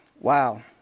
Wow